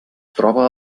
troba